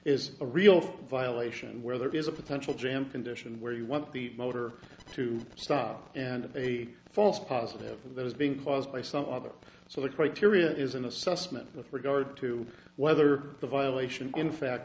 is a real violation where there is a potential jam condition where you want the motor to stop and of a false positive that is being caused by some other so the criteria is an assessment with regard to whether the violation in fact